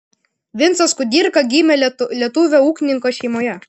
vincas kudirka gimė lietuvio ūkininko šeimoje